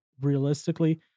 realistically